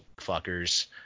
fuckers